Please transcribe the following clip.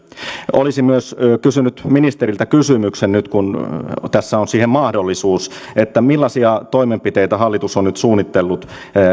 olisin myös kysynyt ministeriltä kysymyksen nyt kun tässä on siihen mahdollisuus että millaisia toimenpiteitä hallitus on nyt suunnitellut